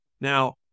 Now